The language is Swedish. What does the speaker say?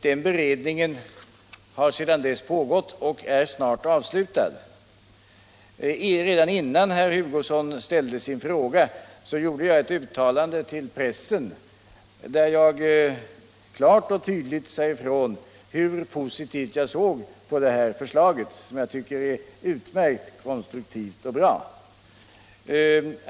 Den beredningen har sedan dess pågått och är snart avslutad. Redan innan herr Hugosson ställde sin fråga gjorde jag ett uttalande till pressen, där jag klart och tydligt sade ifrån hur positivt jag såg på det här förslaget, som jag tycker är utmärkt konstruktivt och bra.